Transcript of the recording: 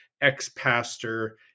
ex-pastor